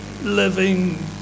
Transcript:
Living